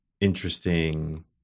interesting